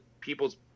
people's